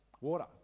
Water